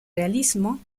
realismo